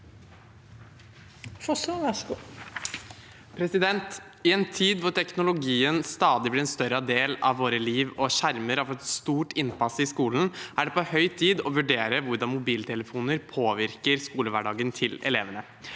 I en tid da tek- nologien blir en stadig større del av vårt liv og skjermer har fått et stort innpass i skolen, er det på høy tid å vurdere hvordan mobiltelefoner påvirker skolehverdagen til elevene.